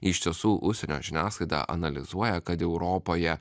iš tiesų užsienio žiniasklaida analizuoja kad europoje